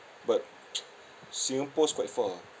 but singpost's quite far ah